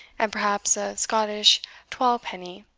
and perhaps a scottish twalpenny,